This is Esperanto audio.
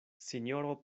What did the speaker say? sinjoro